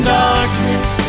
darkness